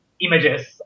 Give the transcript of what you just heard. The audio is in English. images